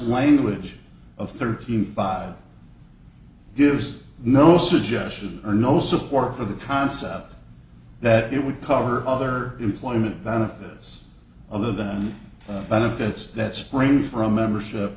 language of thirteen five gives no suggestion or no support for the concept that it would cover other employment benefits of the benefits that spring from membership